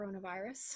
coronavirus